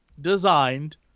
designed